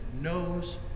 knows